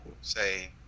say –